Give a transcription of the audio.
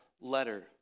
letter